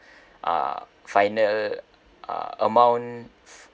uh final uh amount fu~